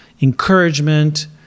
encouragement